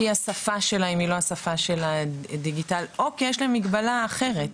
כי השפה שלהם היא לא השפה של הדיגיטל או בגלל מגבלה אחרת.